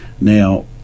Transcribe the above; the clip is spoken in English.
Now